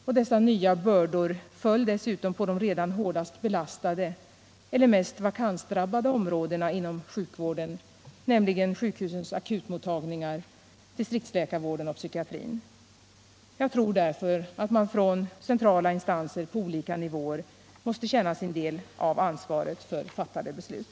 Och dessa nya bördor föll dessutom på de redan hårdast belastade eller mest vakansdrabbade områdena inom sjukvården, nämligen sjukhusens akutmottagningar, distriktsläkarvården och psykiatrin. Jag tror därför att man från centrala instanser på olika nivåer måste känna sin del av ansvaret för fattade beslut.